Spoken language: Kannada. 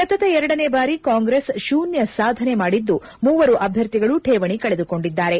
ಸತತ ಎರಡನೇ ಬಾರಿ ಕಾಂಗ್ರೆಸ್ ಶೂನ್ಯ ಸಾಧನೆ ಮಾಡಿದ್ದು ಮೂವರು ಅಭ್ಯರ್ಥಿಗಳು ಕೇವಣಿ ಕಳೆದುಕೊಂಡಿದ್ದಾರೆ